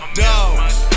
dogs